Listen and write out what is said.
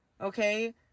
Okay